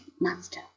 master